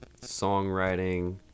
Songwriting